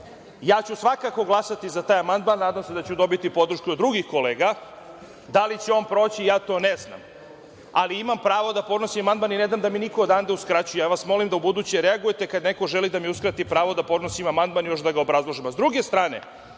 ja ću svakako glasati za taj amandman, nadam se da ću dobiti podršku od drugih kolega. Da li će on proći, ja to ne znam, ali imam pravo da podnosim amandman i ne dam niko odande uskraćuje. Ja vas molim da ubuduće reagujete kada neko želi da mi uskrati pravo da podnosim amandman i još da ga obrazlažemo.S